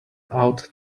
out